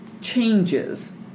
changes